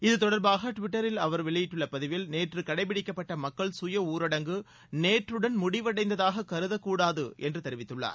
இத்தொடர்பாக டுவிட்டரில் அவர் வெளியிட்டுள்ள பதிவில் நேற்று கடைபிடிக்கப்பட்ட மக்கள் சுய ஊரங்கு நேற்றடன் முடிவடைந்ததாக கருத கூடாது என்று தெரிவித்துள்ளார்